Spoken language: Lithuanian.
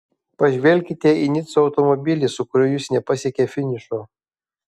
pažvelkite į nico automobilį su kuriuo jis nepasiekė finišo